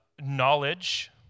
knowledge